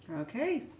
Okay